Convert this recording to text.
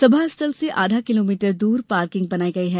सभा स्थल से आधा किलोमीटर दूर पार्किंग बनाई गई है